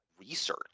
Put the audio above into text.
research